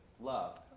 love